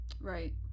right